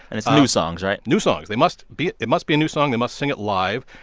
and it's new songs, right? new songs. they must be it it must be a new song they must sing it live.